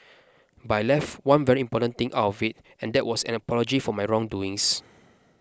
by left one very important thing out of it and that was an apology for my wrong doings